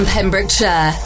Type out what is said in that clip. Pembrokeshire